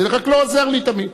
זה רק לא עוזר לי תמיד.